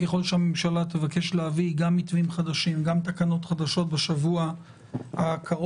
ככל שהממשלה תבקש להביא מתווים חדשים או תקנות חדשות בשבוע הקרוב,